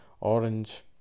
orange